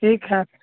ठीक है